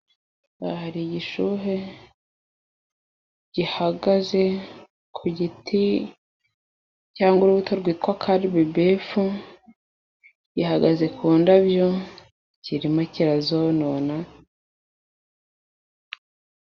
Hari igishuhe gihagaze ku giti cyangwa urubuto rwitwa caribebefu, ihagaze ku ndabyo kirimo kirazonona.